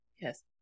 Yes